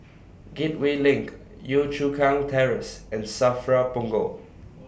Gateway LINK Yio Chu Kang Terrace and SAFRA Punggol